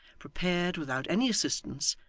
prepared, without any assistance,